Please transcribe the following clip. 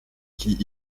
qui